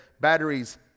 batteries